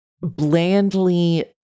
blandly